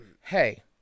hey